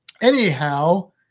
Anyhow –